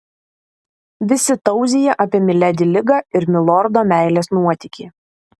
visi tauzija apie miledi ligą ir milordo meilės nuotykį